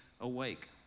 awake